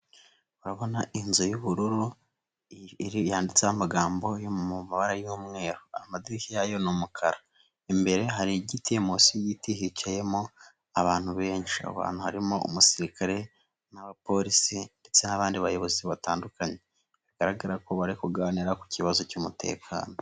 Urabona inzu y'ubururu yanditseho amagambo yo mu mabara y'umweru; amadirishya yayo ni umukara, imbere hari igiti, musi y'igiti hicayemo abantu benshi; abantu harimo umusirikare n'abapolisi ndetse n'abandi bayobozi batandukanye; bigaragara ko bari kuganira ku kibazo cy'umutekano.